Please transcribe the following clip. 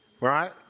right